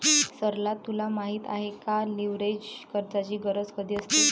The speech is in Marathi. सरला तुला माहित आहे का, लीव्हरेज कर्जाची गरज कधी असते?